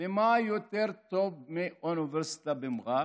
ומה יותר טוב מאוניברסיטה במע'אר?